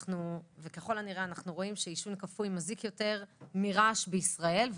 ככל הנראה אנחנו רואים שעישון כפוי מזיק יותר מרעש בישראל,